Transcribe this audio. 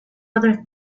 other